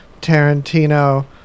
Tarantino